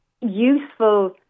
useful